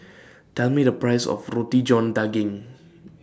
Tell Me The Price of Roti John Daging